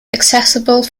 accessible